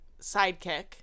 sidekick